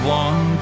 one